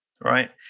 Right